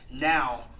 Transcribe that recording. now